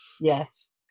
Yes